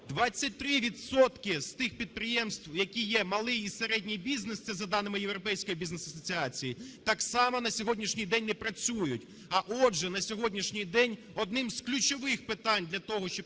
з тих підприємств, які є малий і середній бізнес, це за даними Європейської Бізнес Асоціації так само на сьогоднішній день не працюють. А отже на сьогоднішній день одним з ключових питань для того, щоб